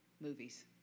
movies